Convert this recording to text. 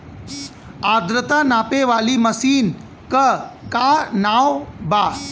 आद्रता नापे वाली मशीन क का नाव बा?